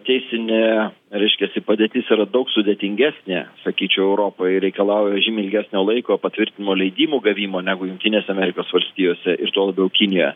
teisinė reiškiasi padėtis yra daug sudėtingesnė sakyčiau europoje reikalauja žymiai ilgesnio laiko patvirtinimo leidimų gavimo negu jungtinėse amerikos valstijose ir tuo labiau kinijoje